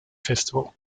festival